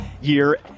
year